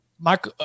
Mike